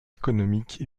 économiques